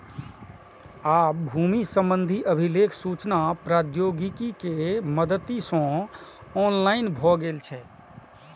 आब भूमि संबंधी अभिलेख सूचना प्रौद्योगिकी के मदति सं ऑनलाइन भए गेल छै